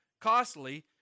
costly